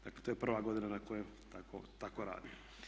Dakle, to je prva godina na kojoj tako radi.